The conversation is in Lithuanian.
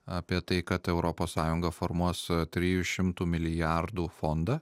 apie tai kad europos sąjunga formuos trijų šimtų milijardų fondą